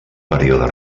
període